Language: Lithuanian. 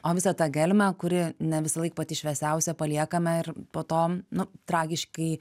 o visą tą gelmę kuri ne visąlaik pati šviesiausia paliekame ir po to nu tragiškai